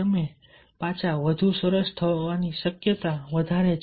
તમે પાછા વધુ સરસ થવાની શક્યતા વધારે છે